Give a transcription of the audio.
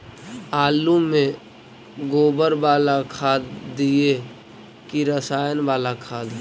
आलु में गोबर बाला खाद दियै कि रसायन बाला खाद?